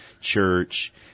church